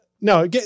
No